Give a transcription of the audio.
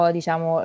diciamo